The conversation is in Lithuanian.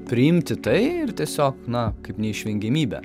priimti tai ir tiesiog na kaip neišvengiamybę